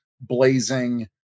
Blazing